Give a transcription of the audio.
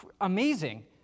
amazing